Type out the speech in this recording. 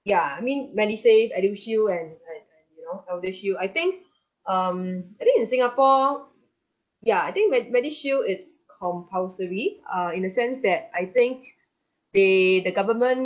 ya I mean medisave medishield and like you know eldershield I think um I think in singapore ya I think med medishield it's compulsory uh in the sense that I think they the government